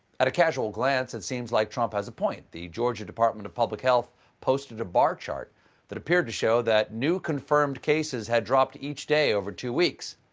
at a casual glance, glance, it seems like trump has a point. the georgia department of public health posted a bar chart that appeared to show that new confirmed cases had dropped each day over two weeks.